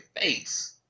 face